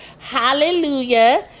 Hallelujah